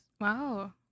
Wow